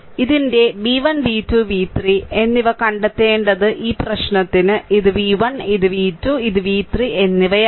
അതിനാൽ ഇതിന്റെ v1 v2 v3 എന്നിവ കണ്ടെത്തേണ്ട ഈ പ്രശ്നത്തിന് ഇത് v1 ഇത് v2 ഇത് v3 എന്നിവയാണ്